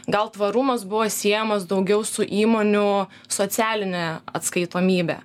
gal tvarumas buvo siejamas daugiau su įmonių socialine atskaitomybe